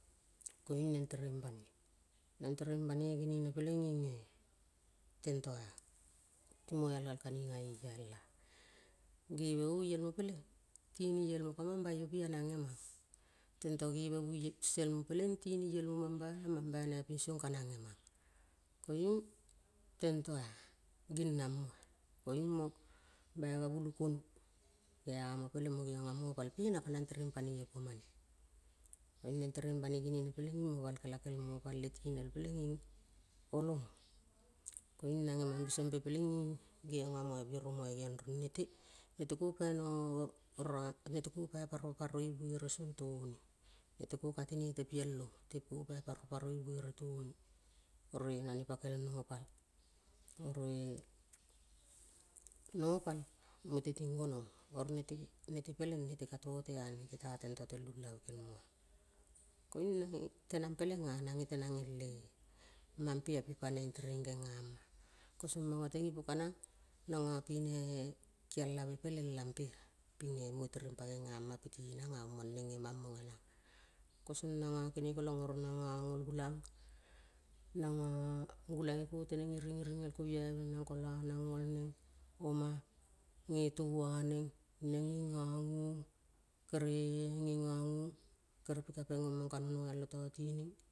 Koiung neng tereng banoi. Neng tereng banoi genene peleng inge. tenta ti moial gal kaniga eala. geve oielmo peleng tini iel ka mambai opia nangemang. Tenta geve oie selmo peleng tini ielmo mambai mambai naiping song ka nangemang. Koiung tenta-a ginang moa. Koiung mo bai gavulu kono. Geama peleng mo geonga mopal pene kanang tereng panoi opomane. Koiung neng tereng banoi genene peleng ing mo bal kelakel mopal le tinel peleing olomo. Koiung nangemangâ biso mpe peleng ing geong amoa. biaro moa. Geong rong nete. neteko pai no neteko pai paro paro ivere song toni. Neteko ka tonote piel ong. Teko pai paro paro vere toni. Oroe nane pakel nopal. Oroe nopal mute ting gonong. Oro nete nete peleng nete ka totea nete ta tenta tel ulave kelmoa. Koiung nange tenang pelenga. nange tenang ele mampe pi papeng tereng gengama. Kosong manga teng ipo kanang. nanga pene kialave peleng lampea pinge munge tereng pa genga piti nang omang neng ngemang mo ngenang. Kosong nanga kenekolang oro nanga ngol gulang. nanga gulang ngiko teneng iri iring el koviai vel nang kola nang ngol neng. oma nang nge tova neng. neng ngi nganguong. Kere neng ngi nganguong kere pikapeng omang kano noialo tatining.